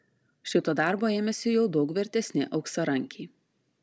šito darbo ėmėsi jau daug vertesni auksarankiai